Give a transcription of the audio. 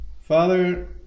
father